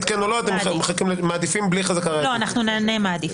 לא מבינים שזה לא יעבוד פה.